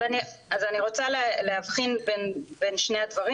אז אני רוצה להבחין בין שני הדברים,